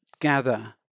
gather